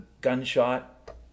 gunshot